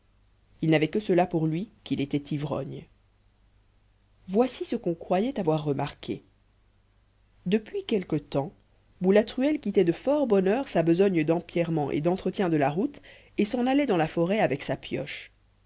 il n'avait que cela pour lui qu'il était ivrogne voici ce qu'on croyait avoir remarqué depuis quelque temps boulatruelle quittait de fort bonne heure sa besogne d'empierrement et d'entretien de la route et s'en allait dans la forêt avec sa pioche